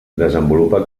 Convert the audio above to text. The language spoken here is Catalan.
desenvolupa